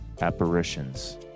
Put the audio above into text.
apparitions